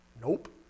Nope